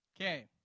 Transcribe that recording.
Okay